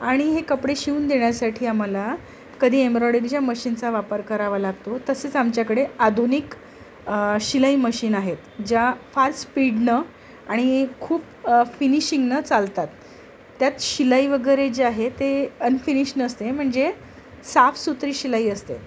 आणि हे कपडे शिवून देण्यासाठी आम्हाला कधी एम्ब्रॉयडरीच्या मशीनचा वापर करावा लागतो तसेच आमच्याकडे आधुनिक शिलाई मशीन आहेत ज्या फार स्पीडनं आणि खूप फिनिशिंगनं चालतात त्यात शिलाईवगैरे जे आहे ते अनफिनिश नसते म्हणजे साफसुतरी शिलाई असते